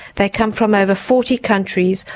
they come from over forty countries,